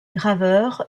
graveur